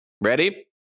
Ready